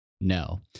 no